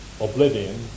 oblivion